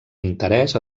interès